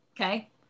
Okay